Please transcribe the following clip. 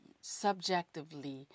subjectively